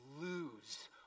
lose